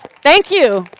thank you.